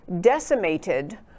decimated